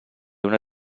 una